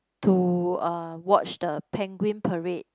to uh watch the penguin parade